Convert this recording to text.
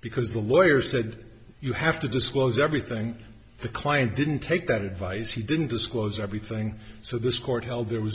because the lawyer said you have to disclose everything the client didn't take that advice he didn't disclose everything so this court held there was